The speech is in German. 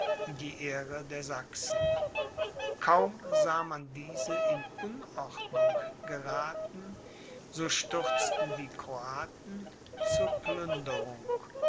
die ehre der sachsen kaum sah man diese in unordnung gerathen so stürzten die kroaten zur plünderung